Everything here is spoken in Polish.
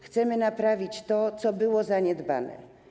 Chcemy naprawić to, co było zaniedbane.